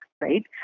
right